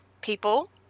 people